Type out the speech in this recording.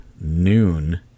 noon